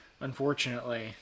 unfortunately